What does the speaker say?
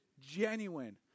genuine